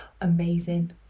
amazing